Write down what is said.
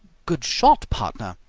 good shot, partner!